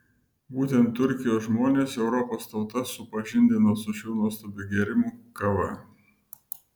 būtent turkijos žmonės europos tautas supažindino su šiuo nuostabiu gėrimu kava